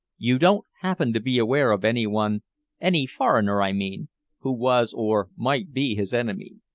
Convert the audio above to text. you don't happen to be aware of anyone any foreigner, i mean who was, or might be his enemy?